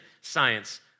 science